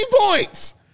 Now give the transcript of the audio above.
points